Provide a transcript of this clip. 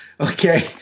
okay